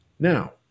Now